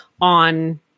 on